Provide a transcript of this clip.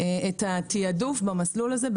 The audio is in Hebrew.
את התיעדוף במסלול הזה,